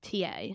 TA